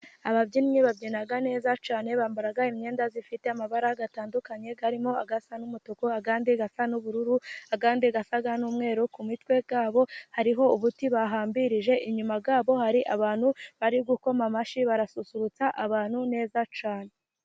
Ababyinnyi babyina neza cyane, bambara imyenda ifite amabara atandukanye arimo asa n'umutuku, andi asa n'ubururu, andi asa n'umweru, ku mitwe ya bo hariho ubuti bahambiriye, inyuma ya bo hari abantu bari gukoma amashyi, barasusurutsa abantu neza cyane.